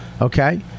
Okay